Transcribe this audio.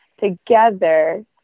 together